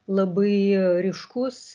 labai ryškus